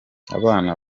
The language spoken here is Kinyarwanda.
abana